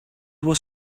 was